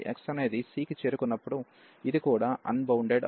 x అనేది c కి చేరుకున్నప్పుడు ఇది కూడా అన్బౌండెడ్ అవుతుంది